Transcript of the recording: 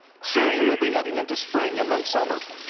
soon we will be heading into spring and then summer.